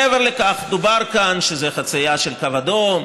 מעבר לכך, דובר כאן שזו חציה של קו אדום.